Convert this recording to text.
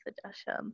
suggestions